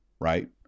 right